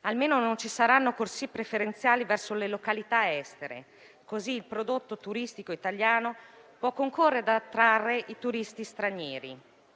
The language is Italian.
Almeno non ci saranno corsie preferenziali verso le località estere, così il prodotto turistico italiano può concorrere ad attrarre i turisti stranieri.